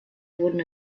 wurden